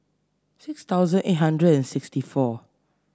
six thousand eight hundred and sixty four